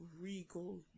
regal